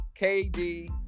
KD